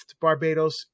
Barbados